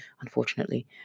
unfortunately